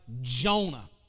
Jonah